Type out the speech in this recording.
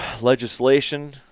legislation